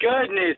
Goodness